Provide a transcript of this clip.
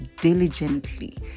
diligently